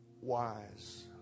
wise